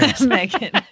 Megan